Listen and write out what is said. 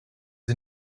sie